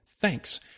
Thanks